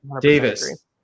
Davis